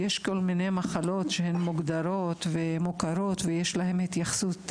יש כל מיני מחלקות שהן מוגדרות ומוכרות ויש להן התייחסות ספציפית.